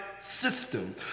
system